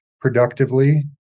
productively